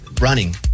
running